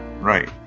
Right